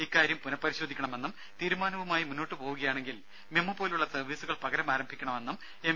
ഇക്കാര്യം പുനപരിശോധിക്കണമെന്നും തീരുമാനവുമായ് മുന്നോട്ട് പോകുകയാണെങ്കിൽ മെമു പോലുള്ള സർവ്വീസുകൾ പകരം ആരംഭിക്കണമെന്നും എം